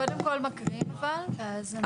קודם כל מקריאים אבל ואז.